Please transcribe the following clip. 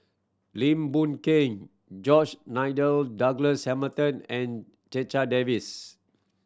Lim Boon Keng George Nigel Douglas Hamilton and Checha Davies